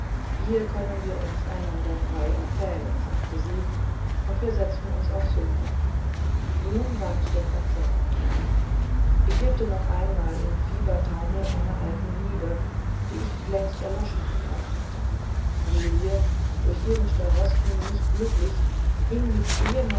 hier können wir uns einander frei erzählen sagte sie und wir setzten uns aufs sofa nun ward denn erzählt ich lebte noch einmal im fiebertaumel einer alten liebe die ich längst erloschen geglaubt hatte julie durch ihren starosten nicht glücklich hing mit